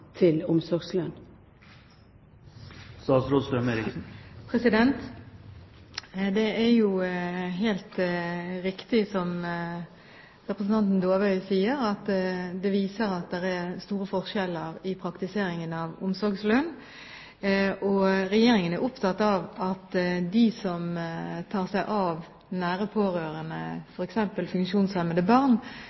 til omsorgslønn? Det er helt riktig som representanten Dåvøy sier, at det er store forskjeller når det gjelder praktiseringen av omsorgslønn. Regjeringen er opptatt av at de som tar seg av nære pårørende, som f.eks. funksjonshemmede barn,